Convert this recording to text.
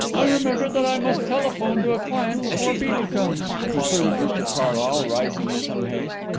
i remember that i must telephone to a client before beedel comes, concluded mr carlyle, rising in some haste.